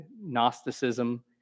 Gnosticism